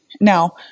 now